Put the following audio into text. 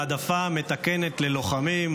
העדפה מתקנת ללוחמים),